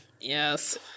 Yes